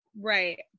Right